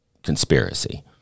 conspiracy